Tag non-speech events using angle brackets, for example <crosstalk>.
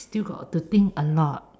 <noise> still got to think a lot